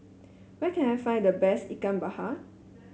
where can I find the best Ikan Bakar